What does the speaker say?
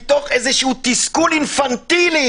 מתוך תסכול אינפנטילי